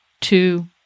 two